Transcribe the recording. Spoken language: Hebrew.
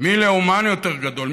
מי לאומן יותר גדול,